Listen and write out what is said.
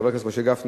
חבר הכנסת משה גפני,